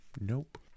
nope